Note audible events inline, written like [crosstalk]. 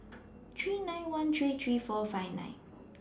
[noise] three nine one three three four five nine